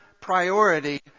priority